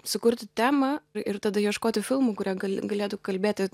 sukurti temą ir tada ieškoti filmų kurie gal galėtų kalbėti